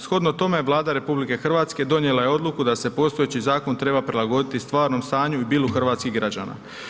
Shodno tome, Vlada RH donijela je odluku da se postojeći zakon treba prilagoditi stvarnom stanju i bilu hrvatskih građana.